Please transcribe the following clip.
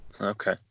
Okay